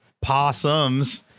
possums